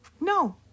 No